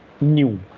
new